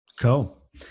Cool